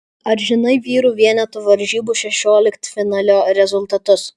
ar žinai vyrų vienetų varžybų šešioliktfinalio rezultatus